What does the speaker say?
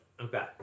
Okay